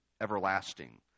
everlasting